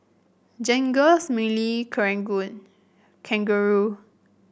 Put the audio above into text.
Jergens Mili Kangaroo